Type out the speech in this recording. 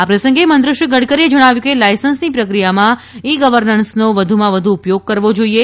આ પ્રસંગે મંત્રીશ્રી ગડકરીએ જણાવ્યું કે લાયસન્સની પ્રક્રિયામાં ઈ ગવર્નન્સનો વધુમાં વધુ ઉપયોગ કરવો જોઈએ